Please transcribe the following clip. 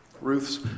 Ruth's